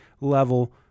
level